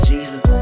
Jesus